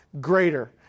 greater